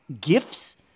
gifts